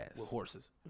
Horses